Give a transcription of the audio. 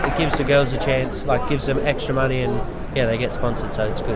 gives the girls a chance, like gives them extra money and yeah they get sponsored, so it's good.